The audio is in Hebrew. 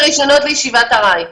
לפני 2003. הייתי בישיבות האלה,